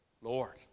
Lord